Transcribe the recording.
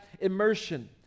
immersion